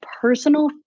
personal